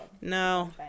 No